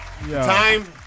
time